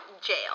jail